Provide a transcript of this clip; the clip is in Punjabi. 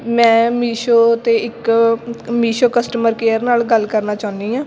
ਮੈਂ ਮੀਸ਼ੋ 'ਤੇ ਇੱਕ ਮੀਸ਼ੋ ਕਸਟਮਰ ਕੇਅਰ ਨਾਲ ਗੱਲ ਕਰਨਾ ਚਾਹੁੰਦੀ ਹਾਂ